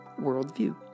worldview